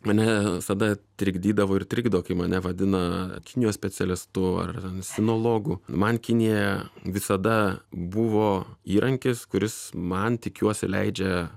mane visada trikdydavo ir trikdo kai mane vadina kinijos specialistu ar sinologu man kinija visada buvo įrankis kuris man tikiuosi leidžia